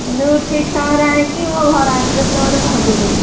କିନ୍ତୁ ଠିକ୍ ସମୟରେ ଏଣିକି ମୋ ଘର ଆଡ଼୍ରେସ୍ରେ ମୋତେ ପହଁଞ୍ଚାଇ ଦେବେ